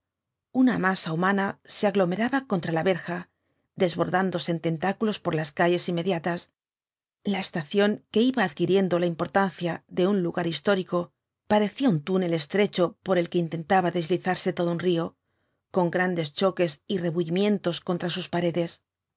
una masa humana se aglomeraba contra la verja desbordándose en tentáculos por las calles inmediatas la estación que iba adquiriendo la importancia de un lugar histórico parecía un túnel estrecho por el que intentaba deslizarse todo un río con grandes choques y rebuuimientos contra sus paredes